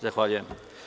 Zahvaljujem.